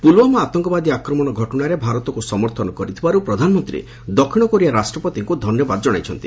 ପୁଲୁୱାମା ଆତଙ୍କବାଦୀ ଆକ୍ରମଣ ଘଟଣାରେ ଭାରତକୁ ସମର୍ଥନ କରିଥିବାରୁ ପ୍ରଧାନମନ୍ତ୍ରୀ ଦକ୍ଷିଣ କୋରିଆ ରାଷ୍ଟ୍ରପତିଙ୍କୁ ଧନ୍ୟବାଦ ଜଣାଇଛନ୍ତି